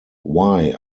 why